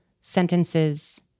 sentences